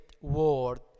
world